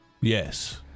Yes